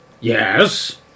Yes